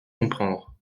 comprendre